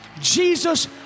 Jesus